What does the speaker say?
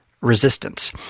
resistance